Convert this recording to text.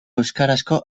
euskarazko